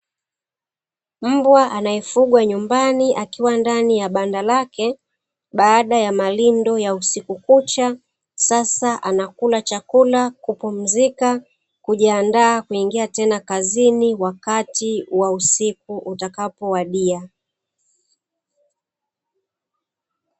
Mbwa anaye fugwa nyumbani akiwa ndani ya banda lake baada ya malindo ya usiku kucha ,sasa anakula chakula kupumzika kujiandaa kuingia tena kazini wakati wa usiku utakapo wadia.